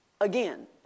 again